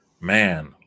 Man